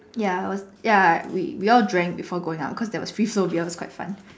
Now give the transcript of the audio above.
ya was ya we we all drank before going pout because there was free flow beer which was quite fun